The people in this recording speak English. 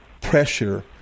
pressure